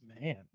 Man